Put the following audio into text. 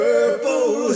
Purple